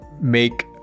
make